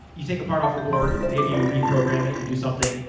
you take a part off a board, maybe you reprogram it, you do something,